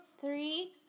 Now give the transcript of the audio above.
three